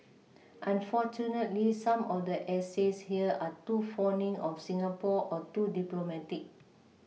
unfortunately some of the essays here are too fawning of Singapore or too diplomatic